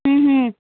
ह्म्म ह्म्म